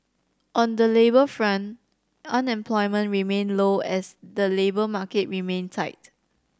on the labour front unemployment remained low as the labour market remained tight